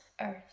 Earth